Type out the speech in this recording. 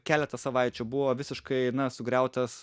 keletą savaičių buvo visiškai sugriautas